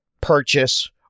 purchase